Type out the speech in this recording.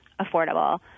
affordable